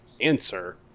answer